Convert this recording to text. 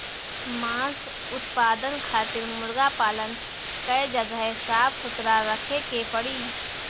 मांस उत्पादन खातिर मुर्गा पालन कअ जगह साफ सुथरा रखे के पड़ी